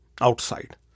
outside